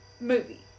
movie